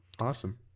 Awesome